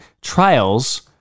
trials